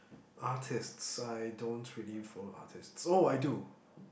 artists I don't really follow artists oh I do